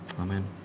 Amen